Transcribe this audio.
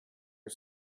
are